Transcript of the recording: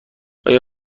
آیا